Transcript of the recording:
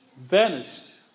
vanished